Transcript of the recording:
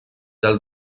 del